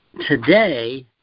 Today